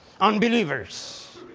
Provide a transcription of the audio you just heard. unbelievers